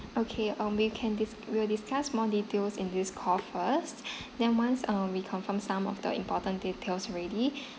okay um we can dis~ we'll discuss more details in this call first then once um we confirm some of the important details already